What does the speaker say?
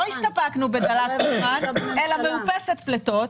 לא הסתפקנו בדלת פחמן אלא קבענו תוכנית מאופסת פליטות.